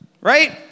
right